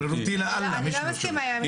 שרירותי לאללה המישמש הזה.